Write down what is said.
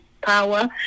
power